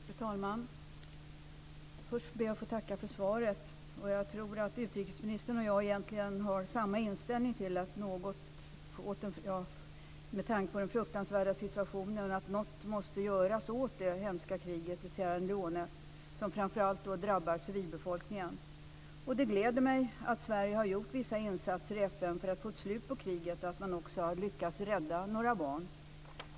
Fru talman! Först ber jag att få tacka för svaret. Jag tror att utrikesministern och jag egentligen har samma inställning, med tanke på den fruktansvärda situationen, till att något måste göras åt det hemska kriget i Sierra Leone, som framför allt drabbar civilbefolkningen. Det gläder mig att Sverige har gjort vissa insatser i FN för att få slut på kriget och att man också har lyckats rädda några barn.